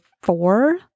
four